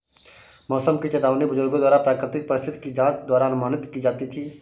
मौसम की चेतावनी बुजुर्गों द्वारा प्राकृतिक परिस्थिति की जांच द्वारा अनुमानित की जाती थी